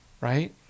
right